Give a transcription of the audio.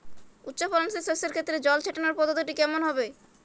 উচ্চফলনশীল শস্যের ক্ষেত্রে জল ছেটানোর পদ্ধতিটি কমন হবে?